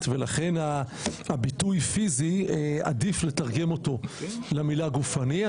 ולכן הביטוי פיזי עדיף לתרגם אותו למילה גופני.